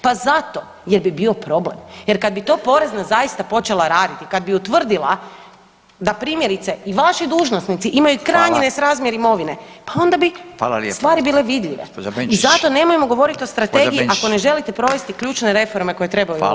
Pa zato jer bi bio problem, jer kad bi to porezna zaista počela raditi, kad bi utvrdila da primjerice i vaši dužnosnici imaju krajnji nesrazmjer imovine [[Upadica: Hvala.]] pa onda bi stvari bile vidljive [[Upadica: Hvala lijepa gospođa Benčić]] i zato nemojmo govoriti o strategiji [[Upadica: Gospođa Benčić.]] ako ne želite provesti ključne reforme koje trebaju ovoj državi.